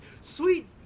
sweet